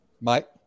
mike